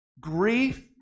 Grief